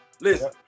Listen